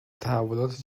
تحولات